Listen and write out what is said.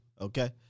okay